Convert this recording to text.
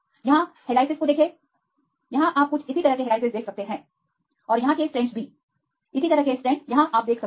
यहां हेलाईसेस को देखें यहां आप कुछ इसी तरह के हेलाईसेस देख सकते हैं और यहां के स्ट्रैंड भी इसी तरह के स्ट्रैंड यहां देखे जा सकते हैं